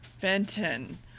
Benton